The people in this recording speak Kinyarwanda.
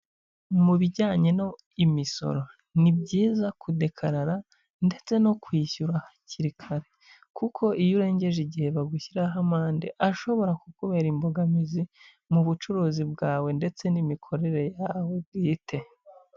Mu bijyanye no imisoro ni byiza kudekarara ndetse no kwishyura hakiri kare, kuko iyo urengeje igihe bagushyiraho amande, ashobora kukubera imbogamizi mu bucuruzi bwawe ndetse n'imikorere yawe bwite.